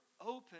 open